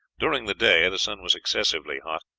during the day the sun was excessively hot,